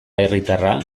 herritarra